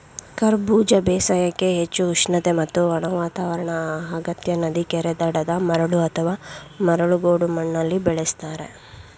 ಕರಬೂಜ ಬೇಸಾಯಕ್ಕೆ ಹೆಚ್ಚು ಉಷ್ಣತೆ ಮತ್ತು ಒಣ ವಾತಾವರಣ ಅಗತ್ಯ ನದಿ ಕೆರೆ ದಡದ ಮರಳು ಅಥವಾ ಮರಳು ಗೋಡು ಮಣ್ಣಲ್ಲಿ ಬೆಳೆಸ್ತಾರೆ